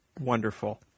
wonderful